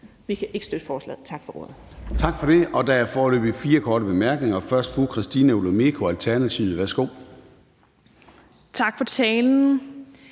Vi kan ikke støtte forslaget. Tak for ordet.